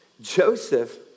Joseph